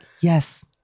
yes